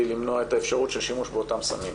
למנוע את האפשרות של שימוש באותם סמים?